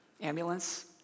ambulance